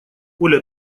оля